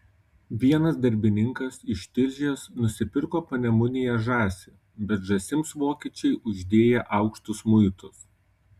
vienas darbininkas iš tilžės nusipirko panemunėje žąsį bet žąsims vokiečiai uždėję aukštus muitus